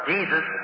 Jesus